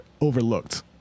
overlooked